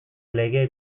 lege